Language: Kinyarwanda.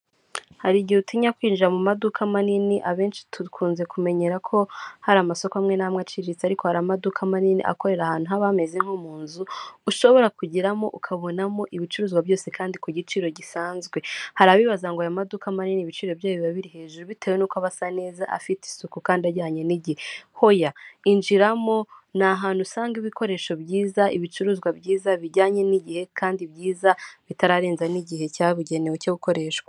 Hari igihe utinya kwinjira mu maduka manini abenshi tukunze kumenyera ko hari amasoko amwe n'amwe aciriritse ariko hari amaduka manini akorera ahantu haba ha ameze nko mu nzu, ushobora kugeramo ukabonamo ibicuruzwa byose kandi ku giciro gisanzwe, hari abibazaga aya maduka manini ibiciro byayo biba biri hejuru bitewe n'uko asa neza afite isuku kandi ajyanye n'igihe. hoya. Injiramo ni ahantu usanga ibikoresho byiza ibicuruzwa byiza bijyanye n'igihe kandi byiza bitararenza n'igihe cyabugenewe cyo gukoreshwa.